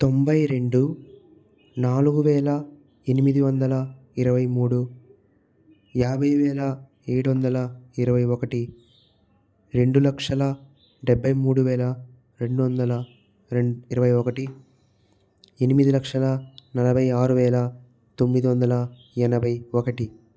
తొంబై రెండు నాలుగు వేల ఎనిమిది వందల ఇరవై మూడు యాభై వేల ఏడు వందల ఇరవై ఒకటి రెండు లక్షల డెబ్బై మూడు వేల రెండు వందల రెం ఇరవై ఒకటి ఎనిమిది లక్షల నలభై ఆరు వేల తొమ్మిది వందల ఎనభై ఒకటి